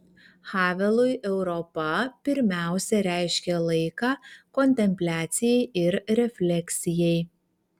havelui europa pirmiausia reiškia laiką kontempliacijai ir refleksijai